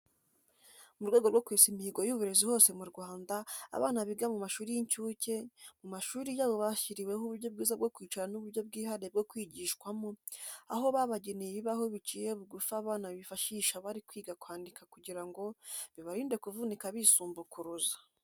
Mu rwego rwo kwesa imihogo y'uburezi hose mu Rwanda abana biga mu mashuri y'incuke, mu mashuri yabo bashyiriweho uburyo bwiza bwo kwicara n'uburyo bwihariye bwo kwigishwamo, aho babageneye ibibaho biciye bugufi abana bifashisha bari kwiga kwandika kugira ngo bibarinde kuvunika bisumbukuruza.